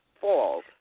falls